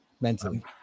mentally